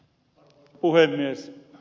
arvoisa puhemies